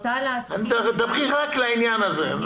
דברי רק לעניין הזה.